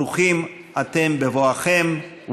ברוכים אתם בבואכם.